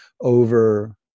over